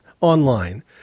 online